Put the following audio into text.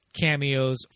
cameos